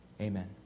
Amen